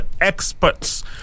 Experts